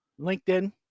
LinkedIn